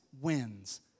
wins